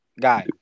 guy